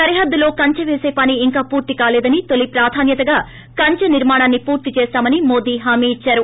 సరిహద్దులో కంచె వేసే పని ఇంకా పూర్తి కాలేదని తొలి ప్రాధాన్యతగా కంచె నిర్మాణాన్ని పూర్తి చేస్తామని మోదీ హామీ ఇచ్చారు